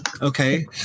Okay